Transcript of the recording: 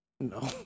No